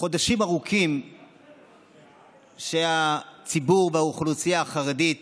חודשים ארוכים הציבור החרדי והאוכלוסייה החרדית